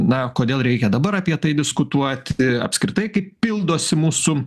na kodėl reikia dabar apie tai diskutuoti apskritai kaip pildosi mūsų